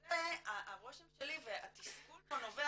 וזה הרושם שלי, והתסכול פה נובע,